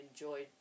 enjoyed